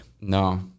No